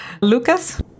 lucas